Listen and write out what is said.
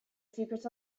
secrets